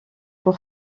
pour